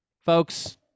folks